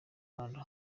rwanda